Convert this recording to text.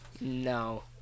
no